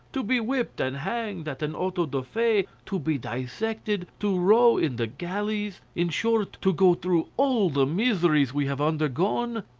to be whipped and hanged at an auto-da-fe, to be dissected, to row in the galleys in short, to go through all the miseries we have undergone,